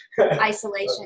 isolation